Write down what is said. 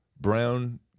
Brown